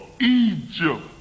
Egypt